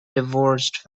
divorced